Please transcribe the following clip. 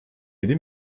yedi